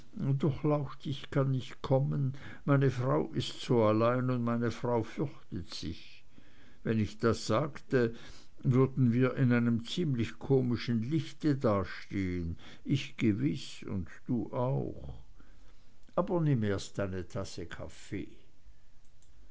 durchlaucht ich kann nicht kommen meine frau ist so allein oder meine frau fürchtet sich wenn ich das sagte würden wir in einem ziemlich komischen licht dastehen ich gewiß und du auch aber nimm erst eine tasse kaffee